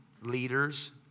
leaders